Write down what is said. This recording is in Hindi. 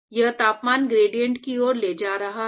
यह तापमान ग्रेडिएंट की ओर ले जा रहा है